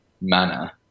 manner